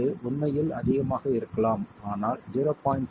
இது உண்மையில் அதிகமாக இருக்கலாம் ஆனால் 0